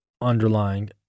underlying